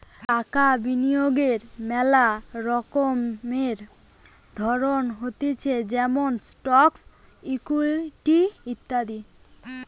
টাকা বিনিয়োগের মেলা রকমের ধরণ হতিছে যেমন স্টকস, ইকুইটি ইত্যাদি